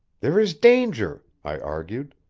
there is danger, i argued.